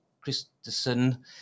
Christensen